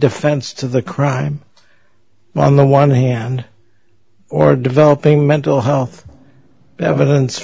defense to the crime on the one hand or developing mental health evidence